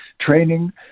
Training